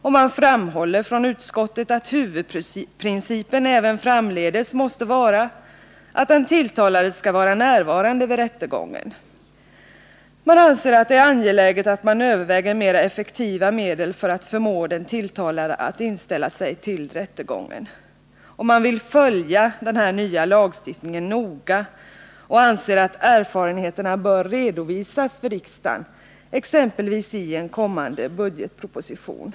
Utskottet framhåller att huvudprincipen även framdeles måste vara att den tilltalade skall vara närvarande vid rättegången. Man anser att det är angeläget att mera effektiva medel för att förmå den tilltalade att inställa sig tillrättegången övervägs. Man vill följa den nya lagstiftningen noga och anser att erfarenheterna bör redovisas för riksdagen, exempelvis i en kommande budgetproposition.